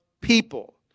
people